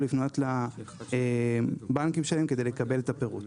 לפנות לבנקים שלהם כדי לקבל את הפירוט.